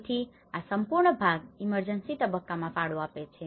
તેથી આ સંપૂર્ણ ભાગ ઇમર્જન્સી તબક્કામાં ફાળો આપે છે